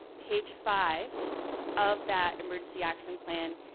page five of that emergency action plan.